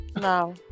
No